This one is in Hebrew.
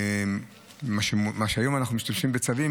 מה שהיום אנחנו משתמשים בצווים,